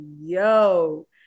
Yo